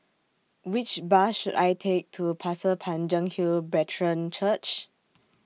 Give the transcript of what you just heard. Which Bus should I Take to Pasir Panjang Hill Brethren Church